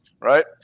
right